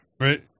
right